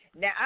Now